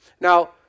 Now